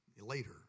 later